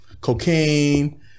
cocaine